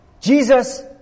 Jesus